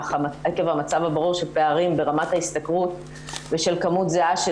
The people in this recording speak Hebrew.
אך עקב המצב הברור של פערים ברמת ההשתכרות ושל כמות זהה של